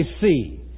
see